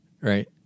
right